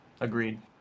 agreed